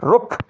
ਰੁੱਖ